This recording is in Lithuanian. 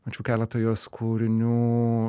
mačiau keletą jos kūrinių